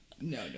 no